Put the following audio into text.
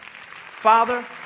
Father